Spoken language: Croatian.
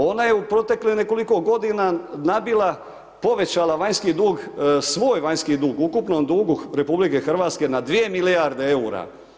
Ona je u proteklih nekoliko godina nabila, povećala vanjski dug, svoj vanjski dug ukupnog dugu RH na 2 milijarde eura.